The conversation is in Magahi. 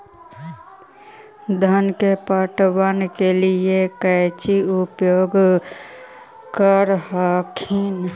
धनमा के पटबन के लिये कौची उपाय कर हखिन?